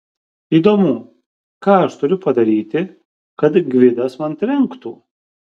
įdomu ką aš turiu padaryti kad gvidas man trenktų